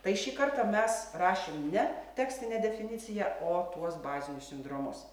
tai šį kartą mes rašėm ne tekstinę definiciją o tuos bazinius sindromus